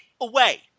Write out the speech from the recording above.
away